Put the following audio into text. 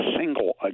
single